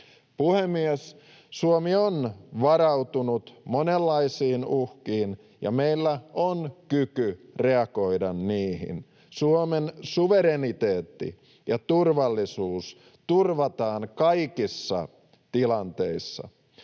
Puhemies! Suomi on varautunut monenlaisiin uhkiin, ja meillä on kyky reagoida niihin. Suomen suvereniteetti ja turvallisuus turvataan kaikissa tilanteissa.